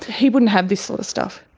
he wouldn't have this sort of stuff,